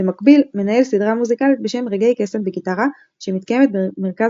במקביל מנהל סדרה מוזיקלית בשם "רגעי קסם בגיטרה" שמתקיימת במרכז